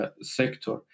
sector